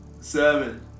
seven